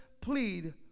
plead